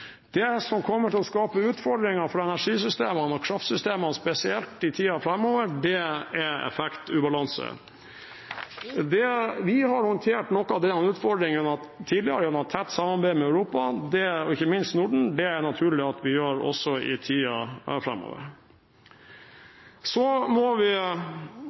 Det som kommer til å skape utfordringer for energisystemene og kraftsystemene spesielt i tiden framover, er effektubalanse. Vi har håndtert noen av disse utfordringene tidligere gjennom tett samarbeid med Europa og ikke minst Norden. Det er det naturlig at vi gjør også i tiden framover. Så må vi fortsette å utvikle og ruste opp både distribusjons- og transmisjonsnettet, men vi